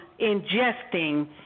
ingesting